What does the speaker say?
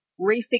refix